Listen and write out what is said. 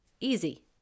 easy